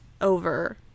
over